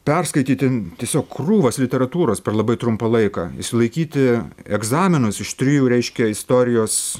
perskaityti tiesiog krūvas literatūros per labai trumpą laiką išsilaikyti egzaminus iš trijų reiškia istorijos